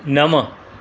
नव